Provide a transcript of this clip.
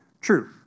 true